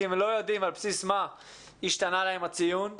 הם לא יודעים על בסיס מה השתנה להם הציון.